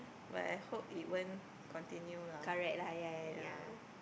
but I hope it won't continue lah